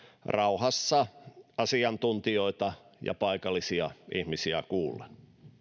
rauhassa asiantuntijoita ja paikallisia ihmisiä kuullen